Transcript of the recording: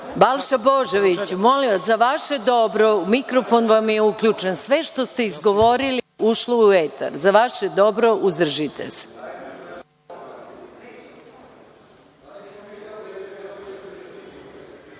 sale. Balša Božoviću, molim vas, za vaše dobro, mikrofon vam je uključen. Sve što ste izgovorili, ušlo je u etar. Za vaše dobro, uzdržite